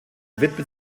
widmet